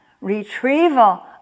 retrieval